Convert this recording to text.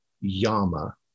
Yama